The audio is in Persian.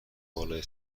بالای